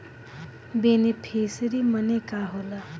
Beneficiary मने का होला?